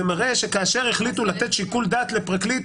זה מראה שכאשר החליטו לתת שיקול דעת לפרקליט,